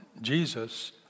Jesus